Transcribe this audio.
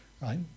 right